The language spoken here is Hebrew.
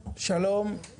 שלום,